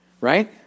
Right